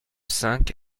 cinq